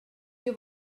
have